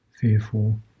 fearful